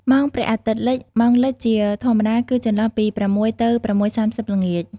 ម៉ោងព្រះអាទិត្យលិច ម៉ោងលិចជាធម្មតាគឺចន្លោះពី ៦ ទៅ ៦:៣០ ល្ងាច។